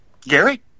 Gary